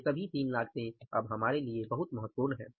ये 3 लागतें अब हमारे लिए महत्वपूर्ण हैं